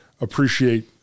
appreciate